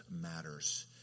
matters